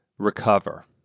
Recover